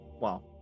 Wow